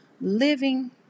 living